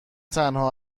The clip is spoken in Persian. تنها